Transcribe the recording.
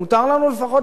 מותר לשאול.